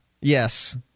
Yes